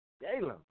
Galen